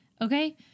Okay